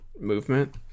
Movement